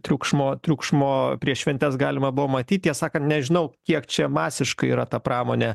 triukšmo triukšmo prieš šventes galima buvo matyt tiesa sakant nežinau kiek čia masiškai yra ta pramonė